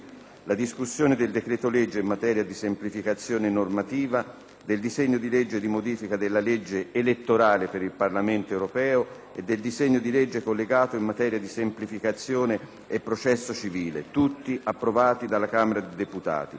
la discussione del decreto-legge in materia di semplificazione normativa, del disegno di legge di modifica della legge elettorale per il Parlamento europeo e del disegno di legge collegato in materia di semplificazione e processo civile, tutti approvati dalla Camera dei deputati.